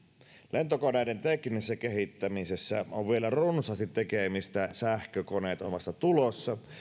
lentokoneiden teknisessä kehittämisessä on vielä runsaasti tekemistä sähkökoneet ovat vasta tulossa